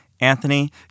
Anthony